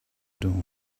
dawn